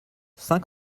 saint